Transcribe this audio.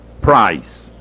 price